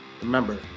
Remember